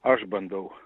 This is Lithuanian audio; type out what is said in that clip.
aš bandau